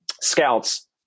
scouts